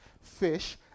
fish